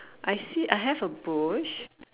I see I have a bush